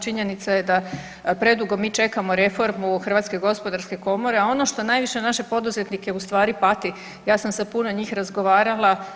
Činjenica je da predugo mi čekamo reformu Hrvatske gospodarske komore, a ono što najviše naše poduzetnike u stvari pati, ja sam sa puno njih razgovarala.